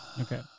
Okay